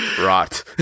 Rot